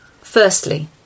Firstly